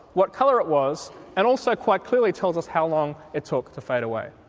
what colour it was and also quite clearly tells us how long it took to fade away.